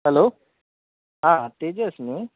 hello आं तेजस न्हय